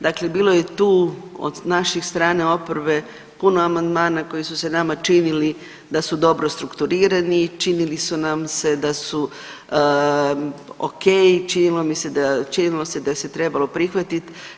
Dakle, bilo je tu od naših strane oporbe puno amandmana koji su se nama činili da su dobro strukturirani, činili su nam se da su ok, činilo mi se da, činilo se da se trebalo prihvatit.